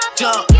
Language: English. jump